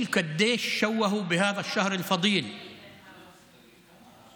(אומר דברים בשפה הערבית, להלן תרגומם: